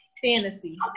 Fantasy